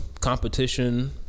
competition